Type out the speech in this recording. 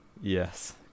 Yes